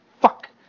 fuck